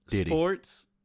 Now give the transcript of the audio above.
sports